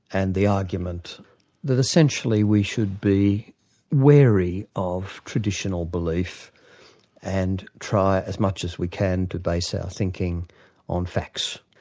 and the argument that essentially we should be wary of traditional belief and try as much as we can to base our thinking on facts.